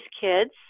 kids